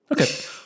Okay